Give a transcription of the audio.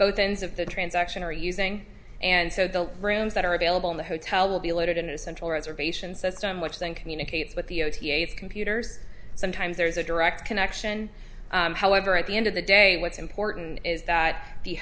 both ends of the transaction are using and so the rooms that are available in the hotel will be loaded in a central reservation system which then communicates with the computers sometimes there is a direct connection however at the end of the day what's important is that the